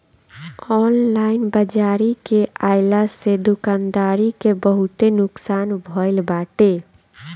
online बाजारी के आइला से दुकानदारी के बहुते नुकसान भईल बाटे